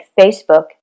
Facebook